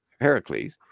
Heracles